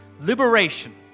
liberation